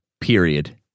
Period